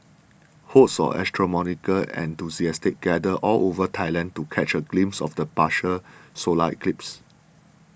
hordes of astronomical enthusiasts gathered all over Thailand to catch a glimpse of the partial solar eclipse